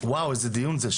וואו איזה דיון זה,